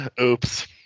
Oops